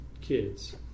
kids